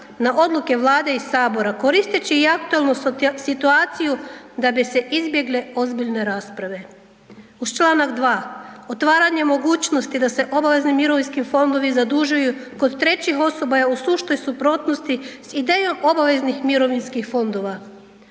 na odluke Vlada i sabora, koristeći i aktualnu situaciju da bi se izbjegle ozbiljne rasprave. Uz čl. 2. otvaranje mogućnosti da se obavezni mirovinski fondovi zadužuju kod trećih osoba je u suštoj suprotnosti s idejom obaveznih mirovinskih fondova.